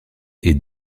est